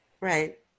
Right